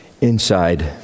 inside